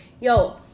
Yo